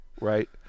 right